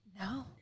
no